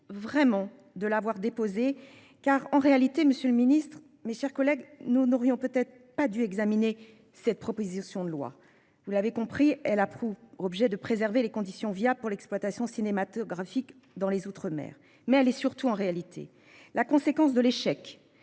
vraiment de l'avoir déposé car en réalité, Monsieur le Ministre, mes chers collègues, nous n'aurions peut-être pas dû examiner cette proposition de loi, vous l'avez compris, elle approuve objet de préserver les conditions via pour l'exploitation cinématographique dans les outre-mer mais elle est surtout en réalité la conséquence de l'échec